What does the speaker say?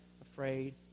afraid